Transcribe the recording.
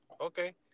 Okay